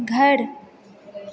घर